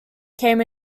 came